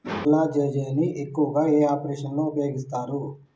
కొల్లాజెజేని ను ఎక్కువగా ఏ ఆపరేషన్లలో ఉపయోగిస్తారు?